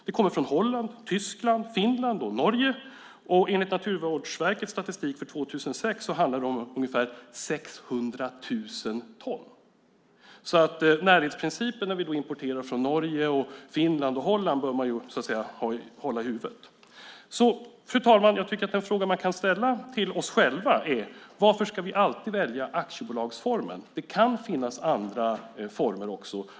De kommer från Holland, Tyskland, Finland och Norge, och enligt Naturvårdsverkets statistik för 2006 handlar det om ungefär 600 000 ton. Närhetsprincipen bör vi hålla i huvudet när vi importerar från Norge, Finland och Holland. Fru talman! Den fråga vi kan ställa till oss själva är: Varför ska vi alltid välja aktiebolagsformen? Det kan finnas andra former också.